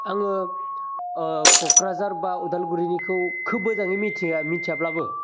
आङो कक्राझार बा उदालगुरिनिखौ खोब मोजाङै मिथिया मिथियाब्लाबो